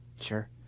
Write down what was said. Sure